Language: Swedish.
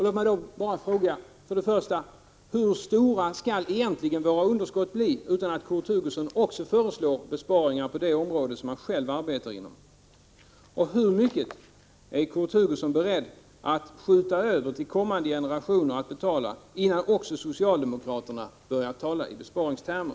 Låt mig bara fråga: Hur stora skall egentligen våra underskott bli utan att Kurt Hugosson föreslår besparingar på det område som han själv arbetar inom? Och hur mycket är Kurt Hugosson beredd att skjuta över till kommande generationer att betala, innan också socialdemokraterna börjar tala i besparingstermer?